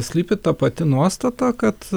slypi ta pati nuostata kad